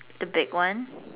the big one